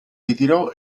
ritirò